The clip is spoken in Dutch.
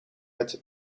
met